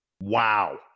Wow